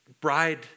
bride